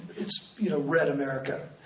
it's you know red america.